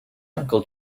uncle